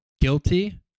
guilty